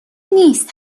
نیست